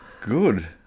Good